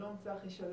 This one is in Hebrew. שלום, צחי שלום.